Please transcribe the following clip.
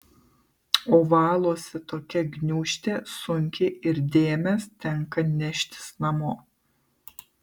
o valosi tokia gniūžtė sunkiai ir dėmes tenka neštis namo